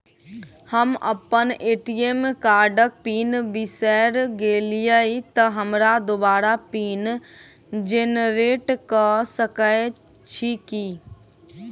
हम अप्पन ए.टी.एम कार्डक पिन बिसैर गेलियै तऽ हमरा दोबारा पिन जेनरेट कऽ सकैत छी की?